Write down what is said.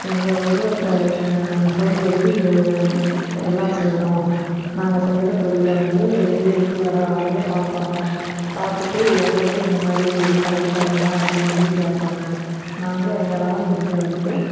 எங்கள் ஊரில் இப்போ எங்கள் நெசவு தொழில் எல்லாம் செய்கிறோம் நாங்கள் செய்கிற தொழில வந்து வெளியேருந்து வர ஆளுங்கள் பார்ப்பாங்க பார்த்துட்டு எங்களுக்கும் இந்த மாதிரி பழகித் தரீயா அப்படின்னு சொல்லி கேட்பாங்க நாங்களும் எங்களால் முடிஞ்ச வரைக்கும்